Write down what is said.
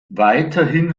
weiterhin